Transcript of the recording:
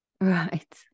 right